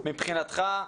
מבחינתך,